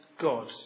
God